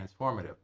transformative